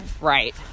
right